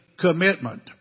commitment